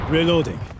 Reloading